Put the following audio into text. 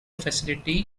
facility